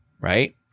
right